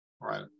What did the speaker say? Right